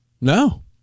No